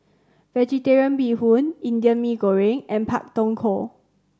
Vegetarian Bee Hoon Indian Mee Goreng and Pak Thong Ko